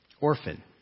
Orphan